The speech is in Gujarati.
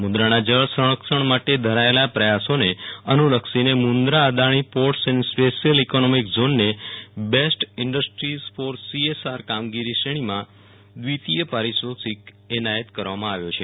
મુન્દેરમાં જળ સંરક્ષણ માટે ધરાયેલા પ્રયાસોને અનુલક્ષીને મુન્દ્રા અદાણી પોર્ટસ એન્ડ ટ્રસ્ટને સ્પેસીઅલ ઇકોનોમિક ઝોનને બેસ્ટ ઇન્ડસ્ટ્રી ફોર સીઐસઆર કામગીરી શ્રેણીમાં દ્વિતીય પારિતોષિક એનાયત કરવામાં આવ્યો છે